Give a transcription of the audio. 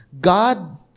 God